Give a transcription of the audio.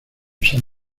san